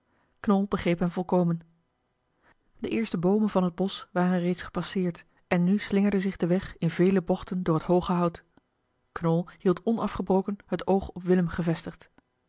begreep hem volkomen de eerste boomen van het bosch waren reeds gepasseerd en nu slingerde zich de weg in vele bochten door het hooge hout knol hield onafgebroken het oog op willem gevestigd